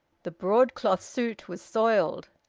the broadcloth suit was soiled.